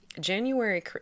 January